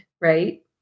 right